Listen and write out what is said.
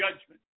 judgment